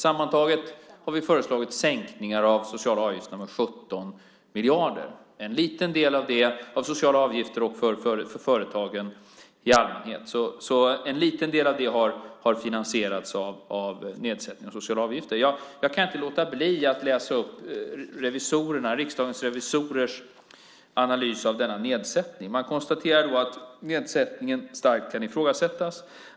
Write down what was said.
Sammantaget har vi föreslagit sänkningar av sociala avgifter för företagen i allmänhet med 17 miljarder. En liten del av det har finansierats av nedsättning av sociala avgifter. Jag kan inte låta bli att läsa upp Riksdagens revisorers analys av denna nedsättning. Man konstaterar att nedsättningen starkt kan ifrågasättas.